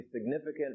significant